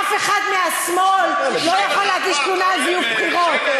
אף אחד מהשמאל לא יכול להגיש תלונה על זיוף בחירות.